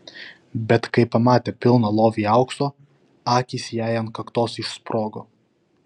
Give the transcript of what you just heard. bet kai pamatė pilną lovį aukso akys jai ant kaktos išsprogo